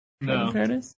No